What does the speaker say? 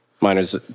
Miners